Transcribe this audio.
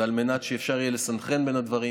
זה על מנת שאפשר יהיה לסנכרן בין הדברים,